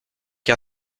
que